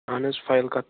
اَہَن حظ فایِل